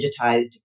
digitized